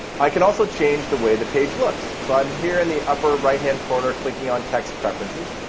i can also change the way the page looks. so i'm here in the upper right hand corner clicking on text preferences.